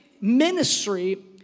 Ministry